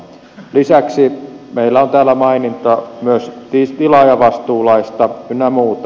lisäksi meillä on täällä maininta myös tilaajavastuulaista ynnä muuta